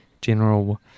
general